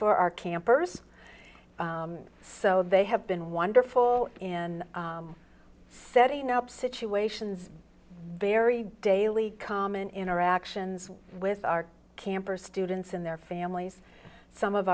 for our campers so they have been wonderful in setting up situations very daily common interactions with our campers students and their families some of